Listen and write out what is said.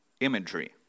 imagery